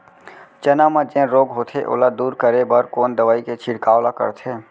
चना म जेन रोग होथे ओला दूर करे बर कोन दवई के छिड़काव ल करथे?